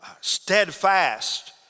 steadfast